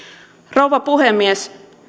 rouva puhemies